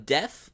Death